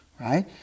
Right